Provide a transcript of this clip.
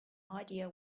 idea